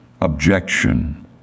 Objection